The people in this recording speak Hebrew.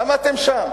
למה אתם שם?